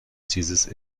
thesis